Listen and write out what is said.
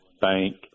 bank